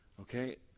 Okay